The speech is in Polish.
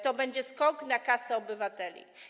To będzie skok na kasę obywateli.